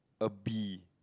a bee